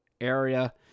area